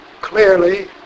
clearly